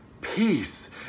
peace